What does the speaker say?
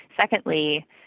secondly